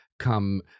come